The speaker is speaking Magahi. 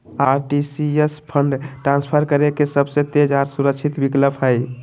आर.टी.जी.एस फंड ट्रांसफर करे के सबसे तेज आर सुरक्षित विकल्प हय